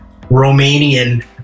Romanian